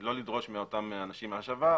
ולא לדרוש מאותם אנשים את ההשבה,